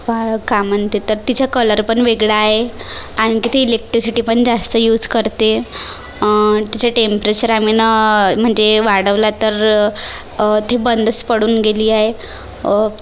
का म्हणते तर तिचा कलर पण वेगळा आहे आणखी ती इलेक्ट्रिसिटी पण जास्त यूज करते तिचे टेम्प्रेचर आम्हीन म्हणजे वाढवलं तर ती बंदच पडून गेली आहे